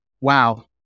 wow